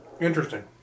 Interesting